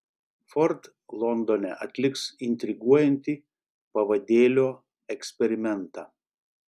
ford londone atliks intriguojantį pavadėlio eksperimentą